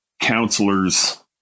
counselors